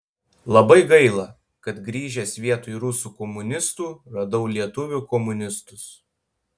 labai gaila kad grįžęs vietoj rusų komunistų radau lietuvių komunistus